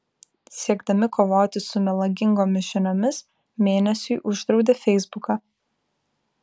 siekdami kovoti su melagingomis žiniomis mėnesiui uždraudė feisbuką